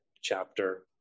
chapter